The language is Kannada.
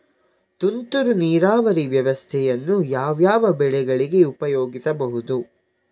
ತುಂತುರು ನೀರಾವರಿ ವ್ಯವಸ್ಥೆಯನ್ನು ಯಾವ್ಯಾವ ಬೆಳೆಗಳಿಗೆ ಉಪಯೋಗಿಸಬಹುದು?